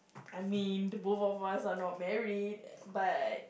I mean both of us are not married but